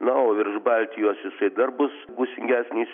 na o virš baltijos jisai dar bus gūsingesnis